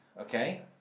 okay